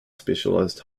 specialized